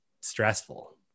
stressful